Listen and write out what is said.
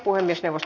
asia